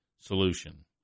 solution